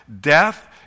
Death